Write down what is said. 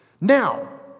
Now